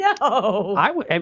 No